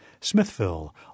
Smithville